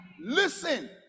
listen